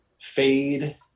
Fade